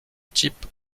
type